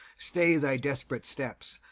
stay thy desperate steps!